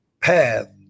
path